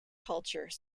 culture